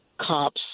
cops